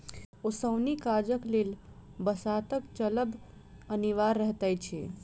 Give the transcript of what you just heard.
ओसौनी काजक लेल बसातक चलब अनिवार्य रहैत अछि